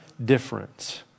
difference